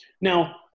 Now